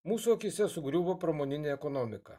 mūsų akyse sugriuvo pramoninė ekonomika